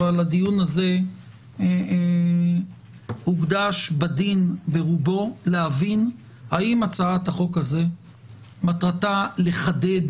הדיון הזה הוקדש בדין ברובו להבין האם הצעת החוק הזו מטרתה לחדד